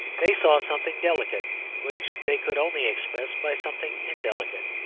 they saw something delicate which they could only express by something indelicate.